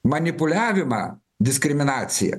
manipuliavimą diskriminacija